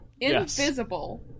invisible